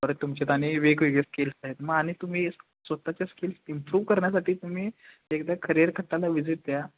परत तुमच्यात आणि वेगवेगळे स्किल्स आहेत मग आणि तुम्ही स्वत च्या स्किल्स इम्प्रूव्ह करण्यासाठी तुम्ही एकदा करिअर कट्टाला विजिट द्या